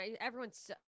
everyone's